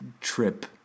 trip